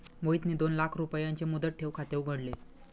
मोहितने दोन लाख रुपयांचे मुदत ठेव खाते उघडले